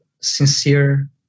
sincere